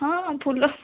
ହଁ ହଁ ଫୁଲ